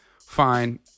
Fine